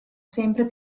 sempre